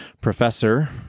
professor